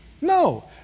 No